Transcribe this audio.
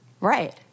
Right